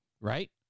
right